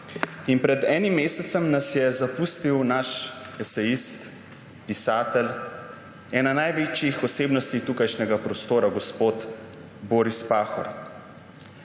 Pred enim mesecem nas je zapustil naš esejist, pisatelj, ena največjih osebnosti tukajšnjega prostora gospod Boris Pahor.